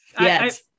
yes